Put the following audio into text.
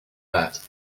that